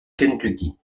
kentucky